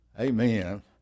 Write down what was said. Amen